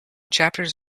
chapters